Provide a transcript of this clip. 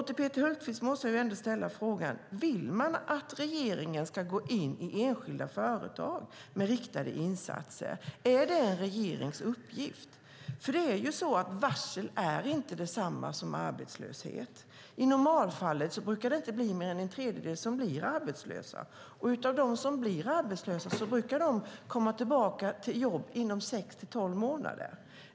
Till Peter Hultqvist måste jag ställa frågan: Vill ni att regeringen ska gå in i enskilda företag med riktade insatser? Är det en regerings uppgift? Varsel är ju inte detsamma som arbetslöshet. I normalfallet brukar inte mer än en tredjedel bli arbetslösa, och de som blir arbetslösa brukar komma tillbaka till jobb inom sex till tolv månader.